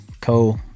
Cole